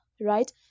right